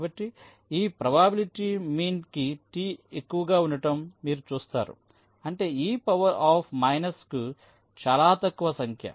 కాబట్టి ఈ probability mean కి T ఎక్కువగా ఉండటం మీరు చూస్తారు అంటే e పవర్ ఆఫ్ మైనస్కు చాలా తక్కువ సంఖ్య